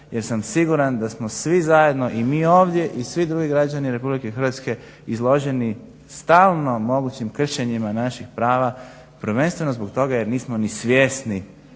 jer sam siguran da smo svi zajedno i mi ovdje i svi drugi građani RH izloženi stalno mogućem kršenjima naših prava prvenstveno zbog toga jer nismo ni svjesni